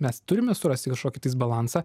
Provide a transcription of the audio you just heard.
mes turime surasti kažkokį disbalansą